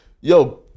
Yo